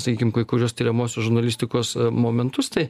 sakykim kai kurius tiriamosios žurnalistikos momentus tai